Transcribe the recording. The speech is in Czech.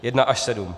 Jedna až sedm.